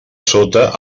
sota